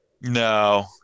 No